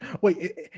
Wait